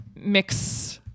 mix